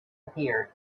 appeared